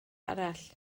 arall